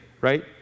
right